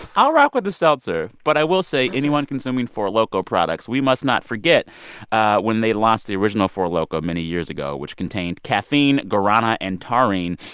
i'll rock with the seltzer. but i will say anyone consuming four loko products, we must not forget when they launched the original four loko many years ago, which contained caffeine, guarana and taurine,